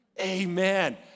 Amen